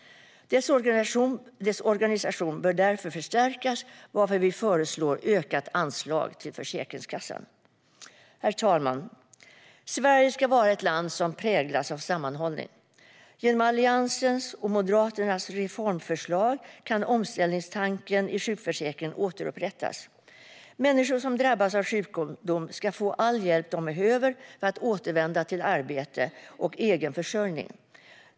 Dess organisation bör därför förstärkas, varför vi föreslår ökat anslag till Försäkringskassan. Herr talman! Sverige ska vara ett land som präglas av sammanhållning. Genom Alliansens och Moderaternas reformförslag kan omställningstanken i sjukförsäkringen återupprättas. Människor som drabbas av sjukdom ska få all hjälp de behöver för att återvända till arbete och egen försörjning.